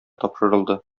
тапшырылды